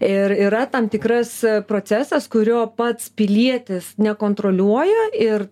ir yra tam tikras procesas kurio pats pilietis nekontroliuoja ir